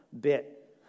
bit